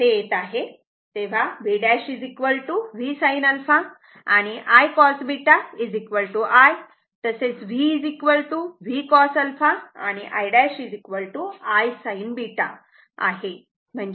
तेव्हा v' V sin α आणि I cos β i तसेच v Vcos α आणि i' I sin β आहे